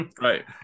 Right